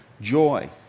joy